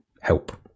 help